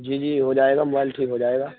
جی جی ہو جائے گا موائل ٹھیک ہو جائے گا